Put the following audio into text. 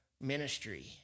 ministry